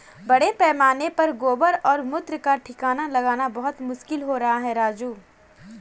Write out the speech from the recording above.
बड़े पैमाने पर गोबर और मूत्र का ठिकाना लगाना बहुत मुश्किल हो रहा है राजू